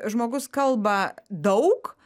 žmogus kalba daug